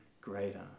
greater